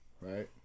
Right